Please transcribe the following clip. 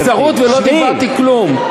אני צרוד ולא אמרתי כלום.